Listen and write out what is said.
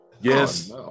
Yes